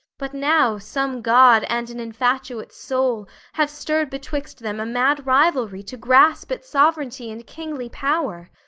but now some god and an infatuate soul have stirred betwixt them a mad rivalry to grasp at sovereignty and kingly power.